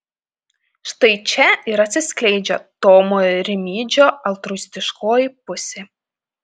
štai čia ir atsiskleidžia tomo rimydžio altruistiškoji pusė